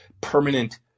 permanent